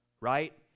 Right